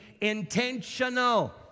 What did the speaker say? intentional